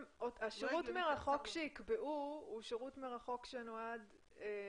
השירות מרחוק שיקבעו,